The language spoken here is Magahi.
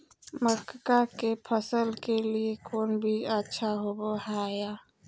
मक्का के फसल के लिए कौन बीज अच्छा होबो हाय?